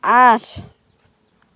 আঠ